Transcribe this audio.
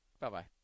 Bye-bye